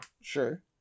Sure